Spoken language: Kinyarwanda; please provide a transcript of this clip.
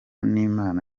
n’imana